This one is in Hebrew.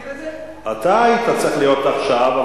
אתה היית צריך להיות עכשיו,